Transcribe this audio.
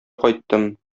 кайттым